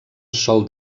sol